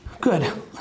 Good